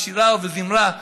בשירה ובזמרה",